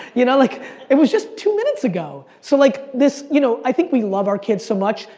you know, like it was just two minutes ago. so like this you know i think we love our kids so much,